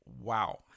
Wow